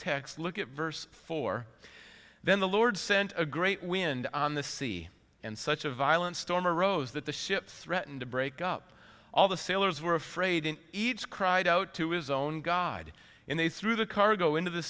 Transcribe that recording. text look at verse four then the lord sent a great wind on the sea and such a violent storm arose that the ship threatened to break up all the sailors were afraid and each cried out to his own god and they threw the cargo into the